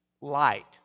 light